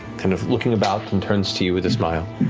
kind of looking about and turns to you with a smile.